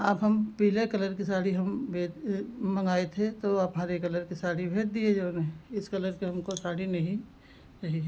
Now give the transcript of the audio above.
आप हम पीले कलर की साड़ी हम भेज मँगाए थे तो आप हरे कलर की साड़ी भेज दिए जो है इस कलर के हमको साड़ी नहीं चाहिए